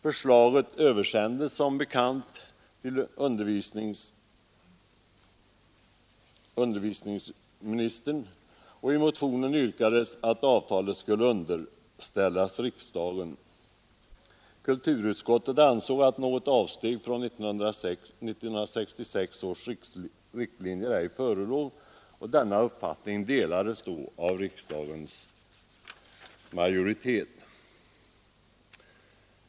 Förslaget översändes som bekant till utbildningsdepartementet. I en motion yrkades att avtalet skulle underställas riksdagen. Kulturutskottet ansåg att något avsteg från 1966 års riktlinjer ej förelåg. Denna uppfattning delades av riksdagens majoritet.